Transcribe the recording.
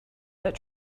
that